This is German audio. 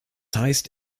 heißt